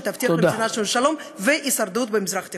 שתבטיח למדינה שלנו שלום והישרדות במזרח התיכון.